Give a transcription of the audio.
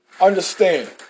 Understand